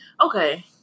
Okay